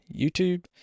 YouTube